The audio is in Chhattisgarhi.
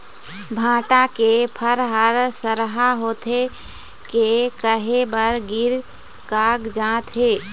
भांटा के फर हर सरहा होथे के काहे बर गिर कागजात हे?